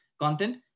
content